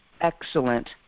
excellent